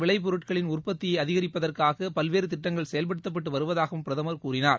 விளைபொருட்களின் உற்பத்தியை அதிகிப்பதற்காக பல்வேறு வேளான் திட்டங்கள் செயல்படுத்தப்பட்டு வருவதாகவும் பிரதமர் கூறினார்